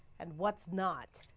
and what's not.